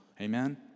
Amen